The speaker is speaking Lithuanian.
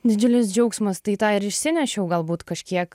didžiulis džiaugsmas tai tą ir išsinešiau galbūt kažkiek